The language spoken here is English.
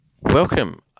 Welcome